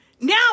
now